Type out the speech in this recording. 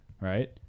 Right